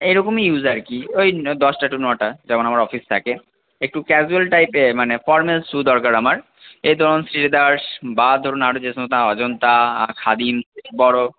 এই রকমই ইউজ আর কি ওই দশটা টু নটা যেমন আমার অফিস থাকে একটু ক্যাজুয়াল টাইপের মানে ফর্ম্যাল শ্যু দরকার আমার এই ধরুন শ্রীলেদার্স বা ধরুন আরও যে সমস্ত অজন্তা খাদিম বড়ো